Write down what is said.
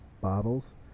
bottles